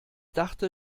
dachte